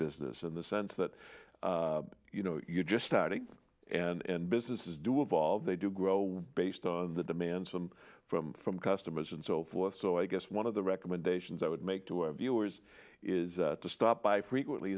business in the sense that you know you're just starting and businesses do evolve they do grow based on the demands from from from customers and so forth so i guess one of the recommendations i would make to our viewers is to stop by frequently